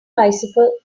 bicycle